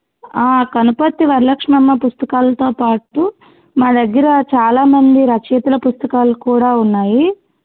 కనుపర్తి వరలక్ష్మమ్మ పుస్తకాలతో పాటు మా దగ్గర చాలా మంది రచయితల పుస్తకాలు కూడా ఉన్నాయి